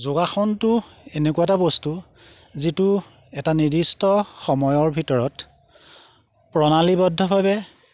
যোগাসনটো এনেকুৱা এটা বস্তু যিটো এটা নিৰ্দিষ্ট সময়ৰ ভিতৰত প্ৰণালীবদ্ধভাৱে